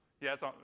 Yes